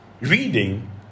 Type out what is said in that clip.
reading